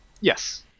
Yes